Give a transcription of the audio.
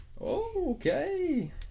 okay